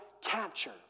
capture